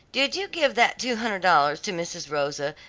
did you give that two hundred dollars to mrs. rosa,